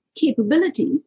capability